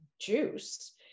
juice